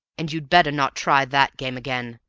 and you'd better not try that game again,